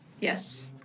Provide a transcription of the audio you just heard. yes